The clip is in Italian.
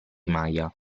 maya